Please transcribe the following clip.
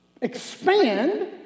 expand